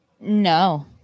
No